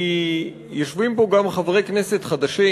כי יושבים פה גם חברי כנסת חדשים,